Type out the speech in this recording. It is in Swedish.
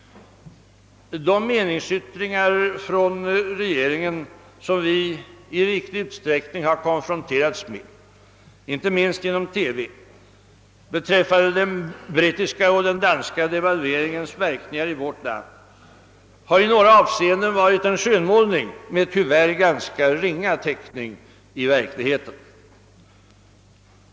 De meningsyttringar från regeringen som vi i riklig utsträckning har konfronterats med, inte minst genom TV, beträffande den brittiska och den danska devalveringens verkningar i vårt land har i några avseenden varit en skönmålning med, tyvärr, ganska ringa täckning i verkligheten.